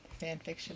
fanfiction